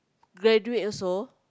graduate also